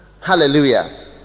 hallelujah